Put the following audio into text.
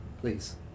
please